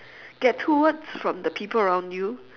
get two words from the people around you